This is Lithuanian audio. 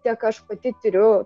tiek aš pati tiriu